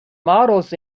models